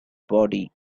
body